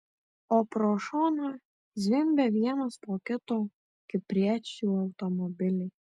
o pro šoną zvimbia vienas po kito kipriečių automobiliai